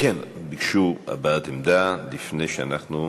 ביקשו הבעת עמדה, לפני שאנחנו,